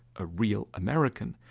a real american,